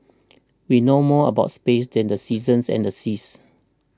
we know more about space than the seasons and the seas